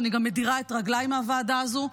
ואני גם מדירה את רגליי מהוועדה הזו.